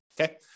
okay